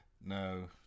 No